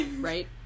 Right